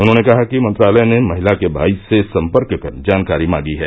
उन्होंने कहा कि मंत्रालय ने महिला के भाई से सम्पर्क कर जानकारी मांगी है